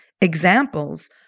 examples